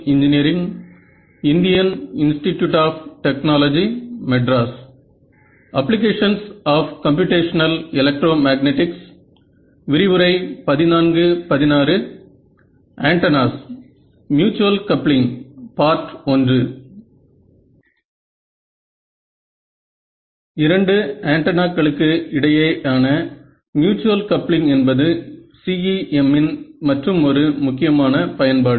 இரண்டு ஆன்டென்னாகளுக்கு இடையேயான மியூச்சுவல் கப்ளிங் என்பது CEM இன் மற்றும் ஒரு முக்கியமான பயன்பாடு